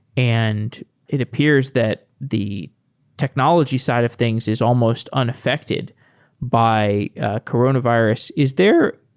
and it appears that the technology side of things is almost unaffected by ah coronavirus. is there